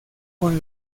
con